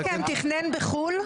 מישהו מכם תכנן בחו"ל?